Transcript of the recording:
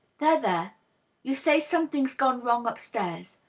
there, there you say something's gone wrong np-stairs.